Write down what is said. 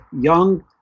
young